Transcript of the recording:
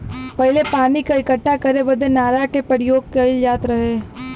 पहिले पानी क इक्कठा करे बदे नारा के परियोग कईल जात रहे